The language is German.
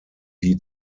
wie